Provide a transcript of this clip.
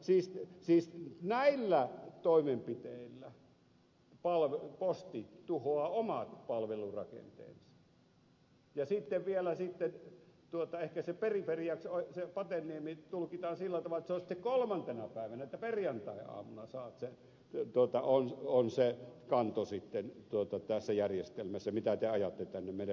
siis toisin sanoen näillä toimenpiteillä posti tuhoaa omat palvelurakenteensa ja sitten vielä ehkä se periferiaksi se pateniemi tulkitaan sillä tavalla että se on sitten kolmantena päivänä perjantaiaamuna se kanto sitten tässä järjestelmässä mitä te ajatte tänne meidän hyväksyttäväksi